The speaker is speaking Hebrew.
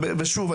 ושוב,